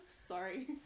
Sorry